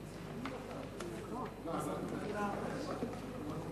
אגב, אולי צריכות להיות